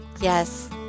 Yes